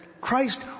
Christ